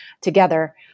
together